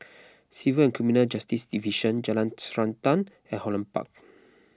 Civil and Criminal Justice Division Jalan Srantan and Holland Park